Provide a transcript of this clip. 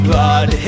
Blood